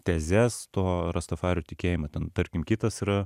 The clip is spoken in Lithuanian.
tezes to rastafarių tikėjimo ten tarkim kitas yra